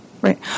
Right